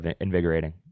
invigorating